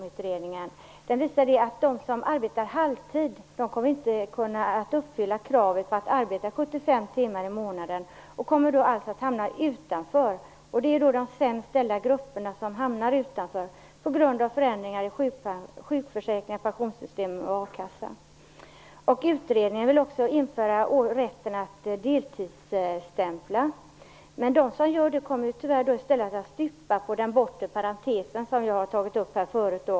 Utredningen visar att de som arbetar halvtid inte kommer att kunna uppfylla kravet på att arbeta 75 timmar i månaden, och de kommer alltså att hamna utanför systemet. Det är de sämst ställda grupperna som hamnar utanför på grund av förändringar i sjukförsäkring, pensionssystem och a-kassa. Utredningen vill också införa rätten att deltidsstämpla, men de som gör det kommer ju tyvärr att stupa på den bortre parentesen, som jag har tagit upp här förut.